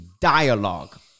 dialogue